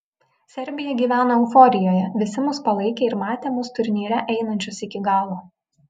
serbija gyveno euforijoje visi mus palaikė ir matė mus turnyre einančius iki galo